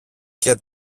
και